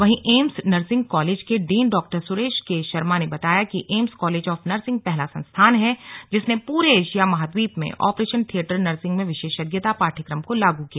वहीं AIIMS nursing college के dean Dr Suresh K Sharma ने बताया कि एम्स कॉलेज ऑफ नर्सिंग पहला संस्थान है जिसने पूरे एशिया महाद्वीप में ऑपरेशन थियेटर नर्सिंग में विशेषज्ञता पाठ्यक्रम को लागू किया